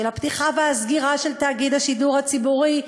של הפתיחה והסגירה של תאגיד השידור הציבורי,